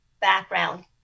background